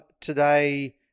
today